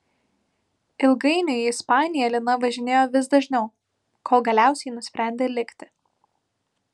ilgainiui į ispaniją lina važinėjo vis dažniau kol galiausiai nusprendė likti